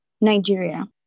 Nigeria